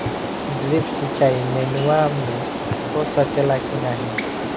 Drip सिंचाई नेनुआ में हो सकेला की नाही?